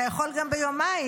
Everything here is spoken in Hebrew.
אתה יכול גם ביומיים.